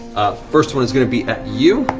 first one is going to be at you.